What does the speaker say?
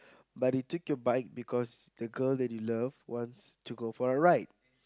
but he took your bike because the girl that you love wants to go for a ride